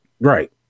Right